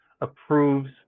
approves